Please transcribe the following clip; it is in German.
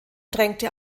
drängte